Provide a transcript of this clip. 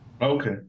Okay